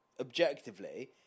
objectively